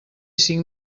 cinc